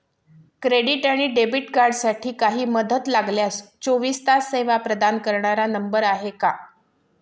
Credit आणि debit कार्डसाठी काही मदत लागल्यास चोवीस तास सेवा प्रदान करणारा नंबर आहे का?